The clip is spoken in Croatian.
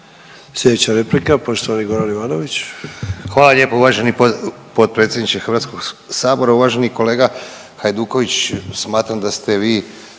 Slijedeća replika poštovani Goran Ivanović.